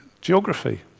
Geography